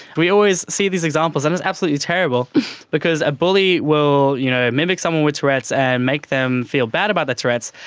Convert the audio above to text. we always see these examples and it's absolutely terrible because a bully will you know mimic someone with tourette's and make them feel bad about their tourette's,